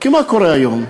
כי מה קורה היום?